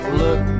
look